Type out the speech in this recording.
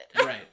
Right